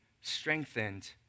strengthened